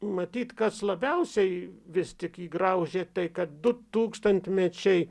matyt kas labiausiai vis tik jį graužė tai kad du tūkstantmečiai